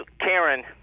Karen